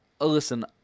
listen